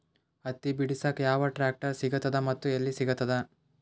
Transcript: ಹತ್ತಿ ಬಿಡಸಕ್ ಯಾವ ಟ್ರಾಕ್ಟರ್ ಸಿಗತದ ಮತ್ತು ಎಲ್ಲಿ ಸಿಗತದ?